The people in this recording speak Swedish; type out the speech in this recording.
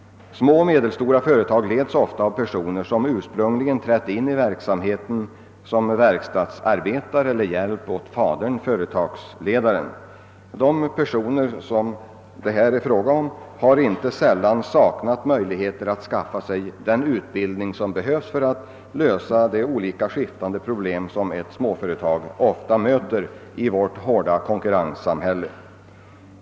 Små och medelstora företag leds ofta av personer som ursprungligen trätt in i verksamheten som verkstadsarbetare eller hjälp åt fadern— företagsledaren. De personer det här är fråga om har inte sällan saknat möjligheter att skaffa sig den nödvändiga utbildningen för att lösa de olika problem, som ett småföretag ofta möter i vårt hårda konkurrenssamhälle.